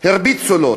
הרביצו לו,